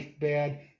bad